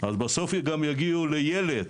בסוף גם יגיעו לילד,